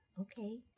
okay